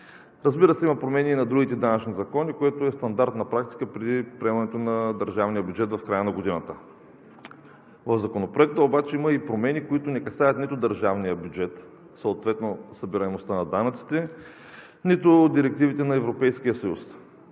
Разбира се, има промени и на другите данъчни закони, което е стандартна практика при приемането на държавния бюджет в края на годината. В Законопроекта обаче има и промени, които не касаят нито държавния бюджет, съответно събираемостта на данъците, нито директивите на Европейския съюз.